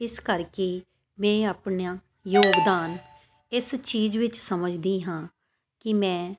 ਇਸ ਕਰਕੇ ਮੈਂ ਆਪਣਾ ਯੋਗਦਾਨ ਇਸ ਚੀਜ਼ ਵਿੱਚ ਸਮਝਦੀ ਹਾਂ ਕਿ ਮੈਂ